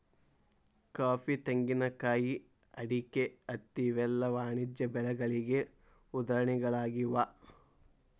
coffee, ತೆಂಗಿನಕಾಯಿ, ಅಡಿಕೆ, ಹತ್ತಿ ಇವೆಲ್ಲ ವಾಣಿಜ್ಯ ಬೆಳೆಗಳಿಗೆ ಉದಾಹರಣೆಗಳಾಗ್ಯಾವ